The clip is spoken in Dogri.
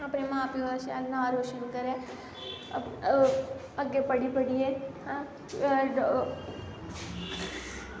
अपने मां प्यो दा शैल नांऽ रोशन करै अग्गैं पढ़ी पढ़ियै हैं